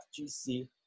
FGC